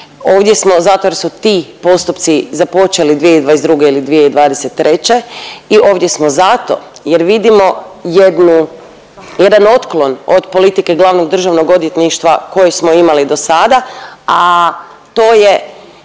ovdje smo zato jer su ti postupci započeli 2022. ili 2023. i ovdje smo zato jer vidimo jednu, jedan otklon od politike glavnog državnog odvjetništva koje smo imali do sada, a to je